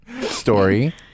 story